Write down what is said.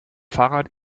fahrrad